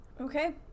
Okay